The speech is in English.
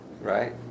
right